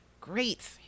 great